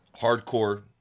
hardcore